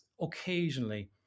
occasionally